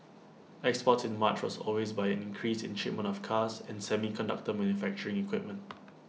exports in March was always by an increase in shipments of cars and semiconductor manufacturing equipment